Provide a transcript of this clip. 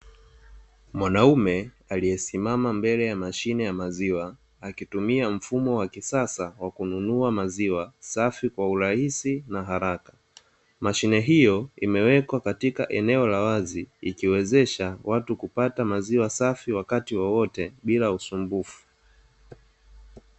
Mwanaume aliyesimama mbele ya mashine ya maziwa, akitumia mfumo wa kisasa wa kununua maziwa, safi kwa urahisi na haraka. Mashine hiyo imewekwa katika eneo la wazi, ikiwezesha watu kupata maziwa safi wakati wowote bila usumbufu.